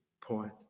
point